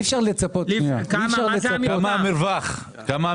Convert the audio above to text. כמה המרווח?